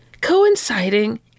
coinciding